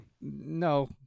No